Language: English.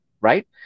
right